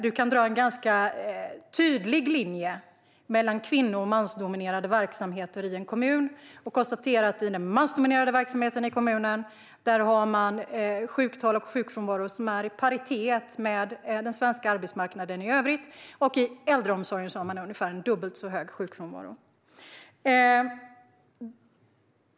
Du kan dra en ganska tydlig linje mellan kvinno och mansdominerade verksamheter i en kommun. I den mansdominerade verksamheten i kommunen har man sjuktal och sjukfrånvaro som är i paritet med den svenska arbetsmarknaden i övrigt, och i äldreomsorgen har man ungefär dubbelt så hög sjukfrånvaro.